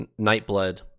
Nightblood